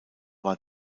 war